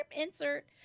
Insert